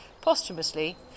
posthumously